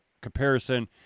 comparison